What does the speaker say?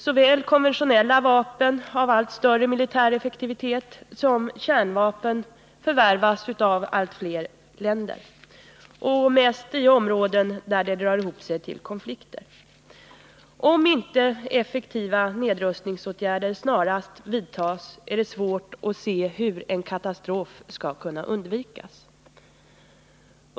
Såväl konventionella vapen av allt större militär effektivitet som kärnvapen förvärvas av allt fler länder och mest i områden där det drar ihop sig till konflikter. Om inte effektiva nedrustningsåtgärder snarast vidtas, är det svårt att se hur en katastrof skall kunna undvikas.